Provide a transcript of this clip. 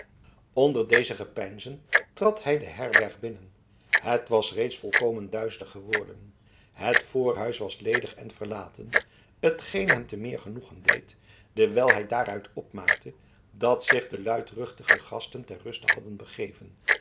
onder deze gepeinzen trad hij de herberg binnen het was reeds volkomen duister geworden het voorhuis was ledig en verlaten t geen hem te meer genoegen deed dewijl hij daaruit opmaakte dat zich de luidruchtige gasten ter ruste hadden begeven